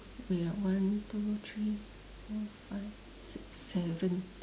wait ah one two three four five six seven